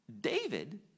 David